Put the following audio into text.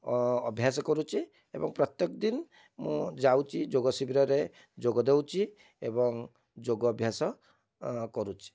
ଅଭ୍ୟାସ କରୁଛି ଏବଂ ପ୍ରତ୍ୟେକ ଦିନ ମୁଁ ଯାଉଛି ଯୋଗ ଶିବିରରେ ଯୋଗ ଦେଉଛି ଏବଂ ଯୋଗ ଅଭ୍ୟାସ କରୁଛି